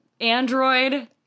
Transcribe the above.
Android